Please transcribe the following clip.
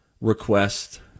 request